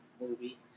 movie